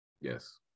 yes